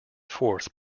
forth